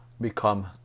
become